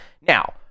Now